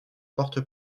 porte